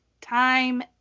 time